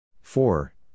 four